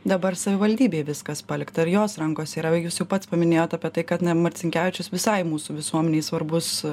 dabar savivaldybei viskas palikta ir jos rankose yra jūs jau pats paminėjot apie tai kad na marcinkevičius visai mūsų visuomenei svarbus